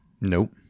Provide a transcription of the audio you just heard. Nope